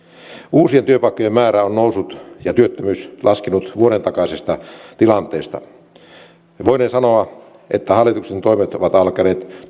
uusien työpaikkojen määrä on noussut ja työttömyys laskenut vuoden takaisesta tilanteesta voidaan sanoa että hallituksen toimet ovat alkaneet